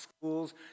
schools